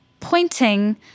pointing